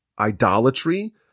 idolatry